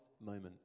moment